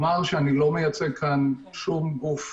הוא בעצם אומר שיש שני ממדים: רף מהותי